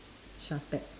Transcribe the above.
Shatec